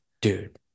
Dude